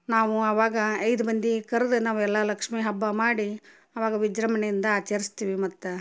ನಾವು ಅವಾಗ ಐದು ಮಂದಿ ಕರ್ದು ನಾವೆಲ್ಲ ಲಕ್ಷ್ಮಿ ಹಬ್ಬ ಮಾಡಿ ಅವಾಗ ವಿಜೃಂಭಣೆಯಿಂದ ಆಚರ್ಸ್ತೀವಿ ಮತ್ತು